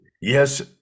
Yes